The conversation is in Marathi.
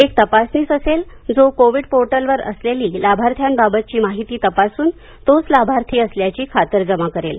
एक तपासनीस असेल जो कोविड पोर्टलवर असलेली लाभार्थ्याबाबतची माहिती तपासून तोच लाभार्थी असल्याची खातरजमा करेल